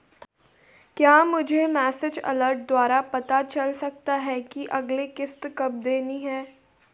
क्या मुझे message alert द्वारा पता चल सकता कि अगली किश्त कब देनी है?